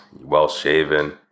well-shaven